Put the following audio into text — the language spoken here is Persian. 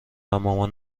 مامان